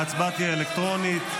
ההצבעה תהיה אלקטרונית.